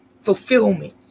fulfillment